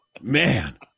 Man